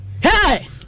Hey